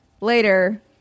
later